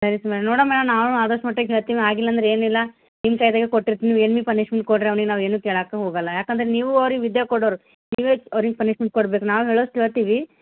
ಸರಿ ಮೇಡಮ್ ನೋಡಮ್ಮ ನಾವು ಆದಷ್ಟು ಮಟ್ಟಿಗೆ ಹೇಳ್ತೀವಿ ಆಗಿಲ್ಲ ಅಂದ್ರೆ ಏನಿಲ್ಲ ನಿಮ್ಮ ಕೈದಾಗ ಕೊಟ್ಟಿರ್ತೀವಿ ನೀವು ಏನು ಬಿ ಪನಿಷ್ಮೆಂಟ್ ಕೊಡ್ರಿ ಅವ್ನಿಗೆ ನಾವು ಏನು ಕೇಳಾಕೆ ಹೋಗಲ್ಲ ಯಾಕಂದ್ರೆ ನೀವು ಅವ್ರಿಗೆ ವಿದ್ಯ ಕೊಡೋರು ನೀವೇ ಅವ್ರಿಗೆ ಪನಿಷ್ಮೆಂಟ್ ಕೊಡ್ಬೇಕು ನಾವು ಹೇಳೋ ಅಷ್ಟು ಹೇಳ್ತೀವಿ